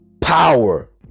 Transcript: power